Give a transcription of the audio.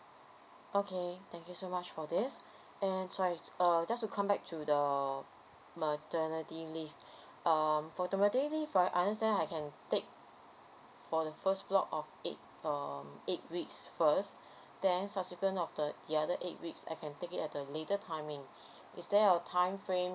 okay thank you so much for this and sorry err just to come back to the maternity leave uh for the maternity leave right understand I can take for the first block of eight um eight weeks first then subsequent of the other eight weeks I can take it at a later timing is there a time frame